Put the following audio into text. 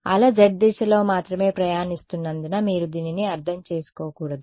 అల z దిశలో మాత్రమే ప్రయాణిస్తున్నదని మీరు దీనిని అర్థం చేసుకోకూడదు